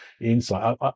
insight